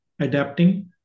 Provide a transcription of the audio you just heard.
adapting